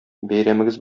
бәйрәмегез